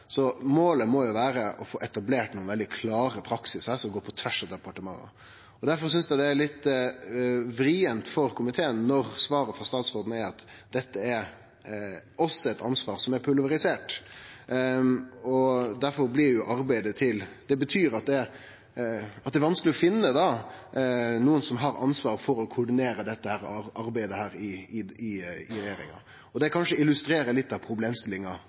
Målet må vere å få etablert ein veldig klar praksis her, som går på tvers av departementa. Difor synest eg det er litt vrient for komiteen når svaret frå statsråden er at dette er også eit ansvar som er pulverisert. Det betyr at det er vanskeleg å finne nokon som har ansvaret for å koordinere dette arbeidet i regjeringa, og det illustrerer kanskje også litt av problemstillinga.